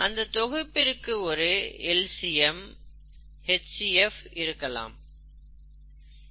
அந்த தொகுப்பிற்கு ஒரு L C M H C F இருக்கலாம்